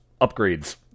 upgrades